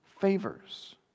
favors